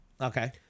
Okay